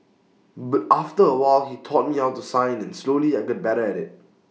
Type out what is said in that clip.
but after A while he taught me how to sign and slowly I got better at IT